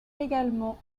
également